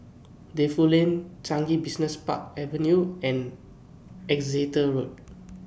Defu Lane Changi Business Park Avenue and Exeter Road